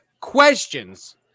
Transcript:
questions